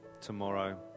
tomorrow